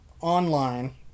online